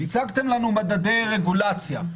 הצגתם לנו מדדי רגולציה.